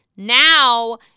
Now